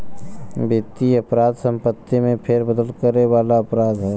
वित्तीय अपराध संपत्ति में फेरबदल करे वाला अपराध हौ